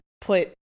put